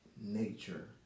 nature